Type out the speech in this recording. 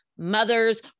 mothers